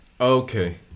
Okay